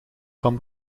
kan